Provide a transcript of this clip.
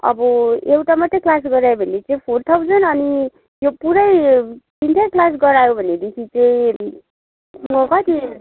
अब एउटा मात्रै क्लास गरायो भने चाहिँ फोर थाउजन अनि यो पुरै तिनटै क्लास गरायो भनेदेखि चाहिँ कति